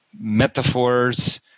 metaphors